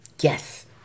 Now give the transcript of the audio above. yes